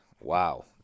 Wow